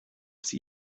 sie